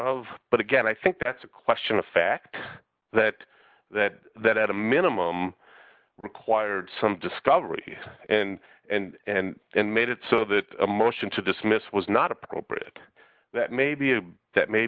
of but again i think that's a question of fact that that that at a minimum required some discovery and and and made it so that a motion to dismiss was not appropriate that may be a that may